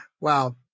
Wow